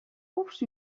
course